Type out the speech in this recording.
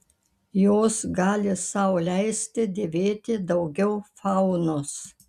jos gali sau leisti dėvėti daugiau faunos